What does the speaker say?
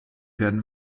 werden